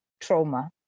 trauma